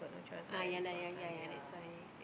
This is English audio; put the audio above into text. ah ya lah ya ya that's why